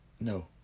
No